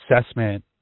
assessment